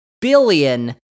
billion